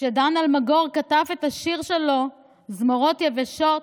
כשדן אלמגור כתב את השיר שלו "זמורות יבשות",